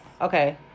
Okay